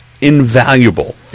invaluable